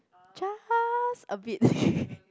just a bit